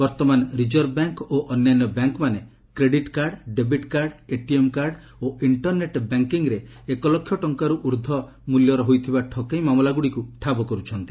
ବର୍ତ୍ତମାନ reserve bank ଓ ଅନ୍ୟାନ୍ୟ ବାଙ୍କ୍ ମାନେ credit card debit card ATM card ଓ ଇଣ୍ଟରନେଟ୍ ବ୍ୟାଙ୍କିଙ୍ଗ୍ରେ ଏକ ଲକ୍ଷ ଟଙ୍କାରୁ ଊର୍ଦ୍ଧ୍ୱ ମୂଲ୍ୟର ହୋଇଥିବା ଠକେଇ ମାମଲାଗୁଡ଼ିକୁ ଠାବ କର୍ରଛନ୍ତି